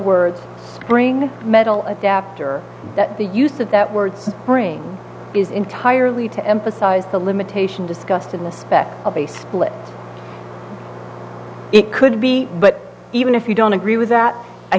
words ring metal adapter that the use of that word brain is entirely to emphasize the limitation discussed in the spec of a split it could be but even if you don't agree with that i